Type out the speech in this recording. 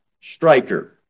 striker